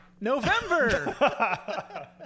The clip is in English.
November